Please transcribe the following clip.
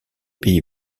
pays